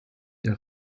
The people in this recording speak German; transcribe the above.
der